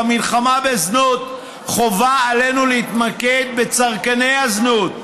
במלחמה בזנות חובה עלינו להתמקד בצרכני הזנות,